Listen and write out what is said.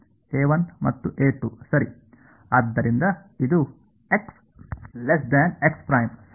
ಮತ್ತು ಸರಿ ಆದ್ದರಿಂದ ಇದು ಸರಿ ಮತ್ತು ಸರಿ